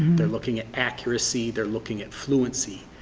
they're looking at accuracy. they're looking at fluency.